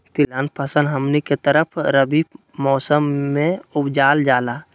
तिलहन फसल हमनी के तरफ रबी मौसम में उपजाल जाला